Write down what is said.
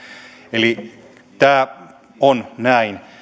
eli tämä on näin